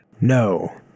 No